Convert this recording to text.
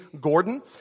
Gordon